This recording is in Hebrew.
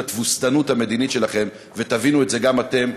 התבוסתנות המדינית שלכם ותבינו את זה גם אתם.